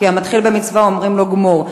כי המתחיל במצווה אומרים לו גמור.